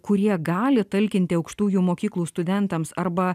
kurie gali talkinti aukštųjų mokyklų studentams arba